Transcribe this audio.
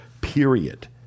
period